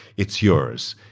it's yours.